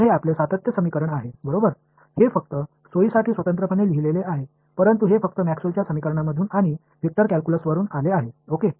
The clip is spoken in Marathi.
तर हे आपले सातत्य समीकरण आहे बरोबर हे फक्त सोयीसाठी स्वतंत्रपणे लिहिलेले आहे परंतु ते फक्त मॅक्सवेलच्या समीकरणांमधून आणि वेक्टर कॅल्क्यूलस वरुन आले आहे ओके